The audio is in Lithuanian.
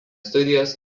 studijos